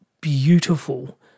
beautiful